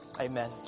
amen